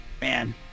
Man